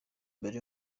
mbere